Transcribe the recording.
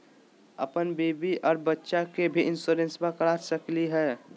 अपन बीबी आ बच्चा के भी इंसोरेंसबा करा सकली हय?